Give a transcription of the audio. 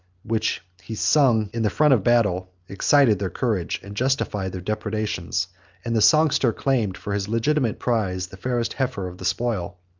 which he sung in the front of battle, excited their courage, and justified their depredations and the songster claimed for his legitimate prize the fairest heifer of the spoil.